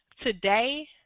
Today